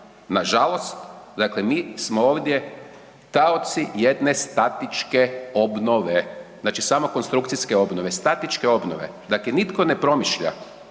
dakle, mi smo ovdje taoci jedne statičke obnove, znači samo konstrukcijske obnove, statičke obnove. Dakle, nitko ne promišlja,